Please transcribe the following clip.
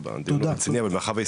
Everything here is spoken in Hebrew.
תודה, תודה רבה.